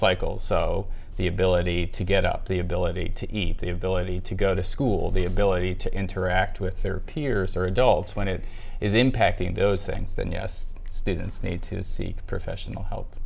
cycles so the ability to get up the ability to eat the ability to go to school the ability to interact with their peers or adults when it is impacting those things then yes students need to seek professional help